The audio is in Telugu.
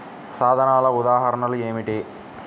సాధనాల ఉదాహరణలు ఏమిటీ?